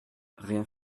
rien